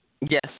Yes